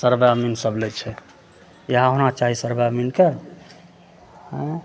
सब ग्रामीण सब लै छै इएह होना चाही सब ग्रामीणके हँ